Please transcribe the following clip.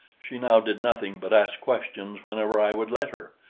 she now did nothing but ask questions whenever i would let her,